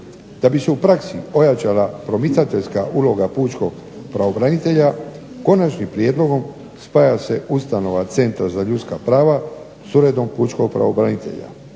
Da bi se u praksi ojačala promicateljska uloga pučkog pravobranitelja konačnim prijedlogom spaja se Ustanova centra za ljudska prava sa Uredom pučkog pravobranitelja.